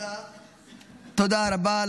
תודה רבה.